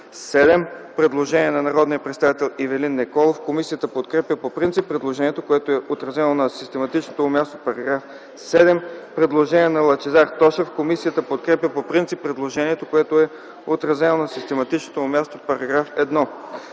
7. Предложение на народния представител Ивелин Николов. Комисията подкрепя по принцип предложението, което е отразено на систематичното му място в § 7. Предложение на народния представител Лъчезар Тошев. Комисията подкрепя по принцип предложението, което е отразено на систематичното му място в § 1.